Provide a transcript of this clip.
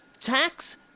tax